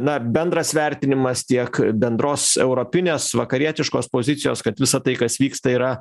na bendras vertinimas tiek bendros europinės vakarietiškos pozicijos kad visa tai kas vyksta yra